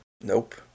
nope